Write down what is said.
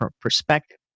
perspective